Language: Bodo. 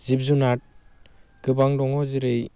जिब जुनार गोबां दङ जेरै